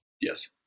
Yes